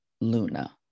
Luna